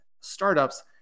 startups